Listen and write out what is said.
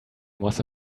was